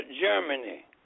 Germany